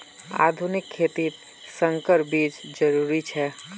आधुनिक खेतित संकर बीज जरुरी छे